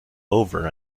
over